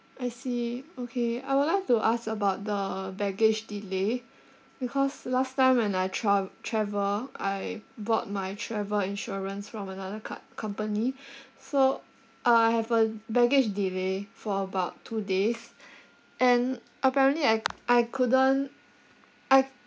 I see okay I would like to ask about the baggage delay because last time when I trav~ when I travel I bought my travel insurance from another co~ company so uh I have a baggage delay for about two days and apparently I I couldn't I